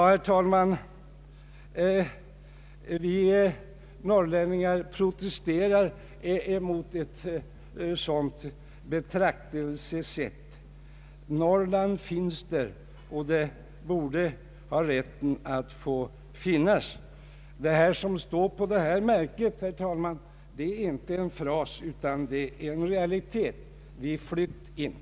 Herr talman! Vi norrlänningar protesterar mot ett sådant betraktelsesätt. Norrland finns där, och det borde ha rätt att få finnas. Vad som står på det märke jag bär är inte en fras utan en realitet: ”Vi flytt int.”